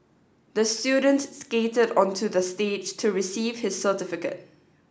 the student skated onto the stage to receive his certificate